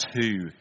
two